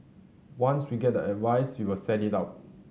once we get the advice we will send it out